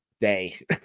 day